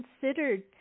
considered